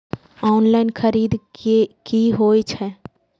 Online खरीद की होए छै?